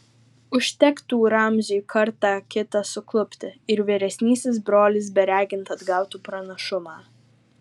užtektų ramziui kartą kitą suklupti ir vyresnysis brolis beregint atgautų pranašumą